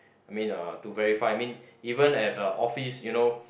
I mean uh to verify I mean even at the office you know